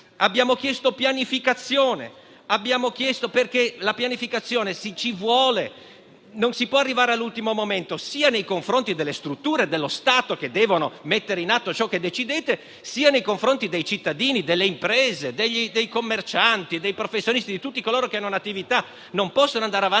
Abbiamo chiesto pianificazione perché ci vuole, non si può arrivare all'ultimo momento sia nei confronti delle strutture dello Stato, che devono mettere in atto ciò che decidete, sia nei confronti dei cittadini, delle imprese, dei commercianti, dei professionisti e di tutti coloro che hanno attività, che non possono andare avanti